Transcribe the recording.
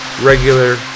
regular